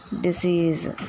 disease